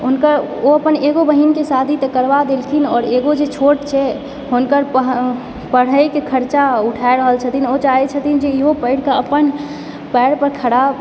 हुनकर ओ अपन एगो बहिनके शादी तऽ करवा देलखिन आओर एगो जे छोट छै हुनकर पढ़यके खर्चा उठाय रहल छथिन ओ चाहय छथिन जे इहो पढ़िके अपन पयर पर खड़ा